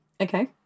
Okay